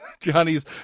Johnny's